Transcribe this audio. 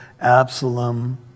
Absalom